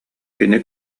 кини